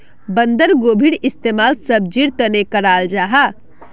बन्द्गोभीर इस्तेमाल सब्जिर तने कराल जाहा